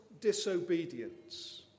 disobedience